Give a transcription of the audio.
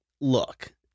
look